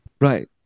Right